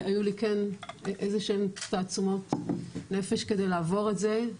היו לי כן איזה שהן תעצומות נפש כדי לעבור את זה,